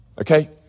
Okay